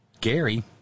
Gary